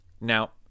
Now